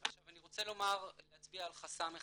אני רוצה להצביע על חסם אחד